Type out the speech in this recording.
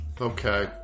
Okay